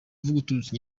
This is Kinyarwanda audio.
nyanza